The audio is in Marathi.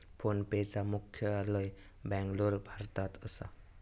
फोनपेचा मुख्यालय बॅन्गलोर, भारतात असा